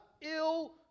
ill